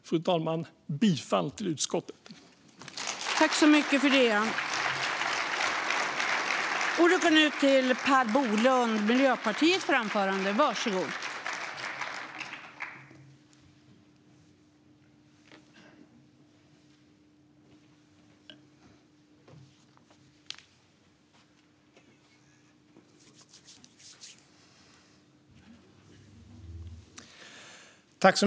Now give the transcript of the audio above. Jag yrkar bifall till utskottets förslag.